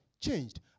changed